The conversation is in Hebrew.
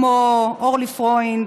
כמו אורלי פרוינד,